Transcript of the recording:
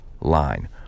line